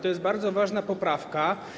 To jest bardzo ważna poprawka.